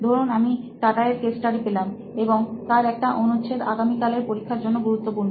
ধরুন আমি টাটা এর কেস স্টাডি পেলাম এবং তার একটা অনুচ্ছেদ আগামীকালের পরীক্ষার জন্য গুরুত্বপূর্ণ